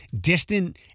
distant